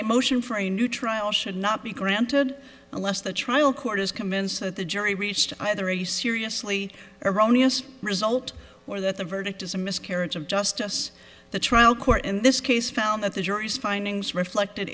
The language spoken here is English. a motion for a new trial should not be granted unless the trial court is convinced that the jury reached either a seriously erroneous result or that the verdict is a miscarriage of justice the trial court in this case found that the jury's findings reflected